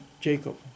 Jacob